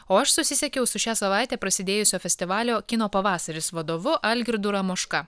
o aš susisiekiau su šią savaitę prasidėjusio festivalio kino pavasaris vadovu algirdu ramoška